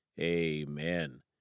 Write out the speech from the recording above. amen